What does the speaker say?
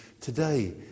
today